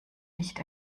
nicht